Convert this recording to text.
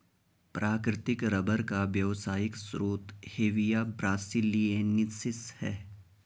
प्राकृतिक रबर का व्यावसायिक स्रोत हेविया ब्रासिलिएन्सिस है